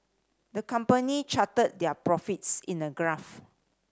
the company charted their profits in a graph